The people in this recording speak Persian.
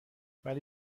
ولی